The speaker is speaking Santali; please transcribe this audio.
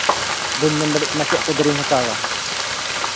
ᱵᱟᱹᱧ ᱢᱮᱱ ᱫᱟᱲᱮᱣᱟᱜ ᱠᱟᱱᱟ ᱪᱮᱫ ᱠᱚ ᱫᱟᱨᱮᱢ ᱦᱟᱛᱟᱣᱟ